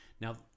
Now